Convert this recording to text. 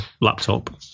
laptop